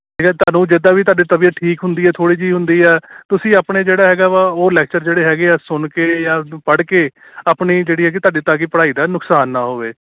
ਜੇੇੇ ਤੁਹਾਨੂੰ ਜੇ ਤਾਂ ਵੀ ਤੁਹਾਡੀ ਤਬੀਅਤ ਠੀਕ ਹੁੰਦੀ ਹੈ ਥੋੜ੍ਹੀ ਜੀ ਹੁੰਦੀ ਹੈ ਤੁਸੀਂ ਆਪਣੇ ਜਿਹੜਾ ਹੈਗਾ ਵਾ ਉਹ ਲੈਕਚਰ ਜਿਹੜੇ ਹੈਗੇ ਹੈ ਸੁਣ ਕੇ ਜਾਂ ਪੜ੍ਹ ਕੇ ਆਪਣੀ ਜਿਹੜੀ ਹੈਗੀ ਤੁਹਾਡੀ ਤਾਂ ਕਿ ਪੜ੍ਹਾਈ ਦਾ ਨੁਕਸਾਨ ਨਾ ਹੋਵੇ